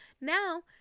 Now